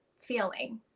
feeling